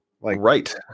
Right